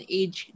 age